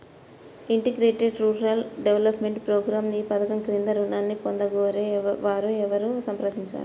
Integrated rural development programme ఈ పధకం క్రింద ఋణాన్ని పొందగోరే వారు ఎవరిని సంప్రదించాలి?